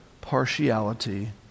partiality